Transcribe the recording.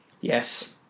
yes